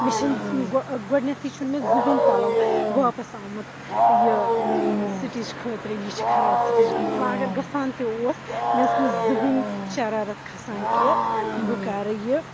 مےٚ چھَنہٕ گۄڈنٮ۪تھٕے چھُنہٕ مےٚ زٕہٕنۍ پَلو واپَس آمُت یہِ سٹِچ خٲطرٕ یہِ چھِ خراب سٹِچ گٔمٕژ وَنۍ اگر گژھان تہِ اوس مےٚ اوس نہٕ زٕہٕنۍ شَرارت کھَسان کہِ بہٕ کَرٕ یہِ